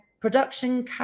production